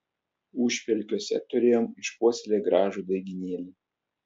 užpelkiuose turėjom išpuoselėję gražų daigynėlį